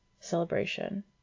celebration